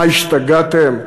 מה, השתגעתם?